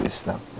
Islam